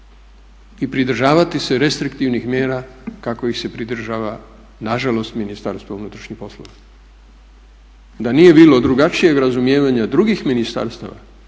i pridržavati se restriktivnih mjera kako ih pridržava nažalost Ministarstvo unutarnjih poslova. Da nije bilo drugačijeg razumijevanja drugih ministarstava